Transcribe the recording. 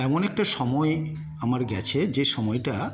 এমন একটা সময় আমার গেছে যে সময়টা